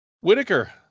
Whitaker